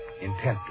intently